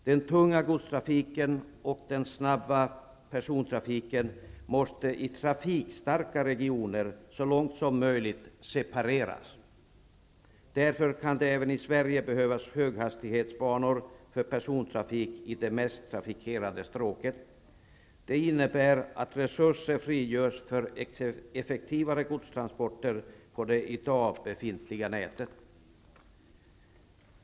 Den tunga godstrafiken och den snabba persontrafiken måste i trafikstarka regioner så långt som möjligt separeras. Därför kan det även i Sverige behövas höghastighetsbanor för persontrafik i de mest trafikerade stråken. Det innebär att resurser frigörs för effektivare godstransporter på det i dag befintliga nätet.